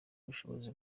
ubushobozi